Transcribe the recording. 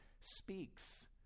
speaks